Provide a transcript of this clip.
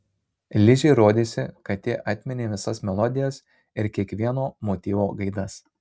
ližei rodėsi kad ji atminė visas melodijas ir kiekvieno motyvo gaidas